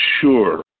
sure